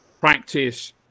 practice